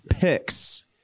Picks